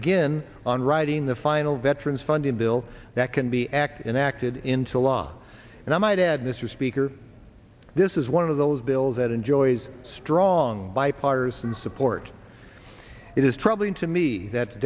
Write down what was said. begin on writing the final veterans funding bill that can be acted in acted into law and i might add mr speaker this is one of those bills that enjoys strong bipartisan support it is troubling to me that